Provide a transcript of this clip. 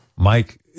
Mike